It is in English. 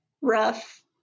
rough